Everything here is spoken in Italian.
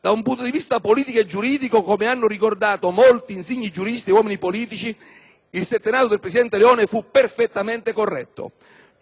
Da un punto di vista politico e giuridico, come hanno ricordato molti insigni giuristi e uomini politici, il settennato del presidente Leone fu perfettamente corretto.